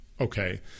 okay